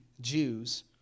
Jews